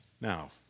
Now